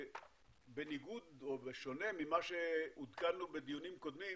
בניגוד או בשונה ממה שעודכנו בדיונים קודמים,